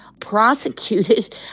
prosecuted